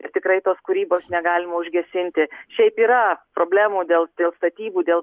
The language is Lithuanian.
ir tikrai tos kūrybos negalima užgesinti šiaip yra problemų dėl dėl statybų dėl